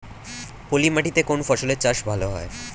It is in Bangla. পলি মাটিতে কোন ফসলের চাষ ভালো হয়?